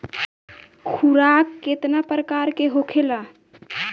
खुराक केतना प्रकार के होखेला?